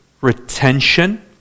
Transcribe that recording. retention